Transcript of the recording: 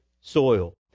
soil